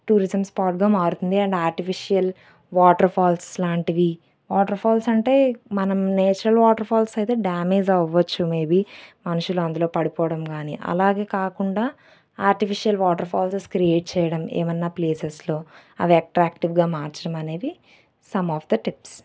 tourism స్పాట్గా మారుతుంది and artificial waterfalls లాంటివి వాటర్ ఫాల్స్ అంటే మనం నేచురల్ వాటర్ ఫాల్స్ అయితే డామేజ్ అవ్వచ్చు మేబి మనుషులు అందులో పడిపోవడం కానీ అలా కాకుండా ఆర్టిఫిషియల్ వాటర్ ఫాల్సె క్రియేట్ చేయడం ఏమన్నా ప్లేసెస్లో అవి ఎట్రాక్టివ్గా మార్చడం అనేది సమ్ ఆఫ్ ద టిప్స్